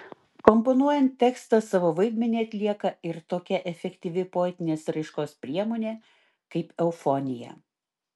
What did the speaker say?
komponuojant tekstą savo vaidmenį atlieka ir tokia efektyvi poetinės raiškos priemonė kaip eufonija